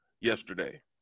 yesterday